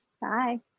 Bye